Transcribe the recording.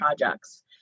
projects